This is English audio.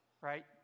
right